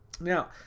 Now